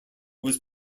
was